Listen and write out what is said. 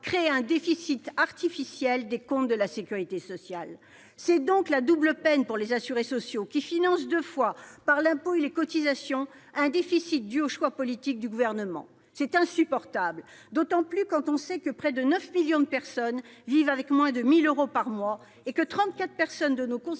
créent un déficit artificiel des comptes de la sécurité sociale. C'est donc la double peine pour les assurés sociaux qui financent deux fois, par l'impôt et par les cotisations, un déficit dû aux choix politiques du Gouvernement. C'est d'autant plus insupportable quand on sait que près de 9 millions de personnes vivent avec moins de 1 000 euros par mois et que 34 % de nos concitoyens